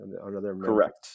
Correct